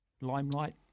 limelight